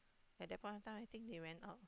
at that point of time I think they went out